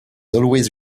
always